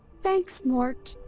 thanks. mort.